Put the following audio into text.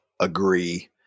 agree